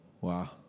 Wow